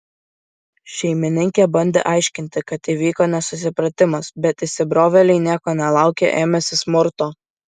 šeimininkė bandė aiškinti kad įvyko nesusipratimas bet įsibrovėliai nieko nelaukę ėmėsi smurto